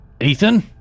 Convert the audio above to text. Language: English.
Ethan